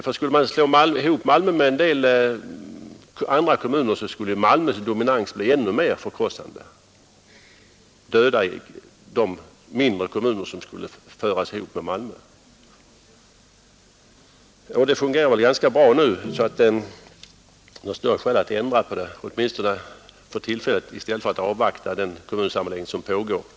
Om Malmö slogs ihop med en del andra kommuner skulle Malmös dominans bli än mer förkrossande och döda de mindre kommunerna. Det hela fungerar väl bra som det är. Jag kan inte finna något skäl att ändra systemet för närvarande i avvaktan på den utredning om kommunsammanläggning som pågår.